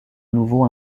nouveau